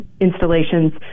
installations